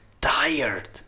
tired